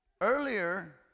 earlier